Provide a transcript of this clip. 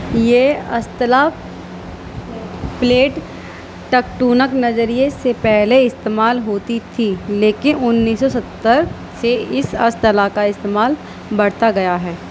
یہ اصطلاح plate tectonic نظریے سے پہلے استعمال ہوتی تھی لیکن انیس سو ستر سے اس اصطلاح کا استعمال بڑھتا گیا ہے